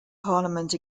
parliament